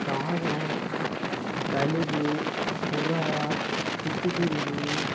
காகம் கழுகு புறா சிட்டுக்குருவி